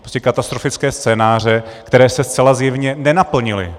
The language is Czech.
Prostě katastrofické scénáře, které se zcela zjevně nenaplnily.